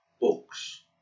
books